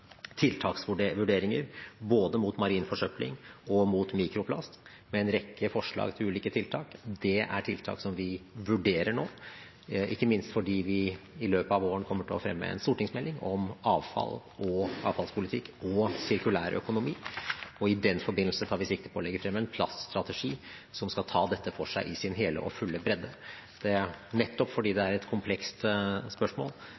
tiltaksvurderinger både mot marin forsøpling og mot mikroplast med en rekke forslag til ulike tiltak. Det er tiltak som vi vurderer nå, ikke minst fordi vi i løpet av våren kommer til å fremme en stortingsmelding om avfall, avfallspolitikk og sirkulær økonomi. I den forbindelse tar vi sikte på å legge frem en plaststrategi, som skal ta dette for seg i sin hele og fulle bredde. Nettopp fordi det er et komplekst spørsmål,